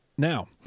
Now